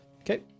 okay